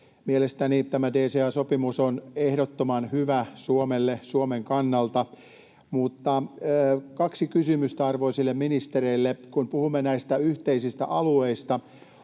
Mielestäni tämä DCA-sopimus on ehdottoman hyvä Suomelle, Suomen kannalta, mutta kaksi kysymystä arvoisille ministereille. Kun puhumme näistä yhteisistä alueista,